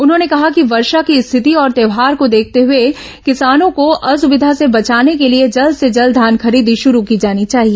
उन्होंने कहा कि वर्षा की स्थिति और त्यौहार को देखते हए किसानों को असुविधा से बचाने के लिए जल्द से जल्द धान खरीदी शुरू की जानी चाहिए